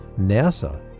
NASA